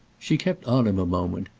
she kept on him a moment,